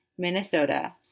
Minnesota